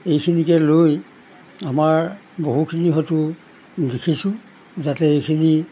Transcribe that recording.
এইখিনিকে লৈ আমাৰ বহুখিনি হয়টো দেখিছোঁ যাতে এইখিনি